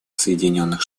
соединенных